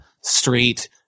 street